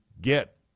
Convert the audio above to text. get